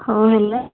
ହଉ ହେଲା